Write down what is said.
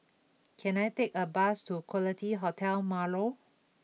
can I take a bus to Quality Hotel Marlow